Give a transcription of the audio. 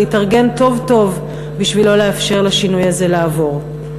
להתארגן טוב טוב בשביל לא לאפשר לשינוי הזה לעבור.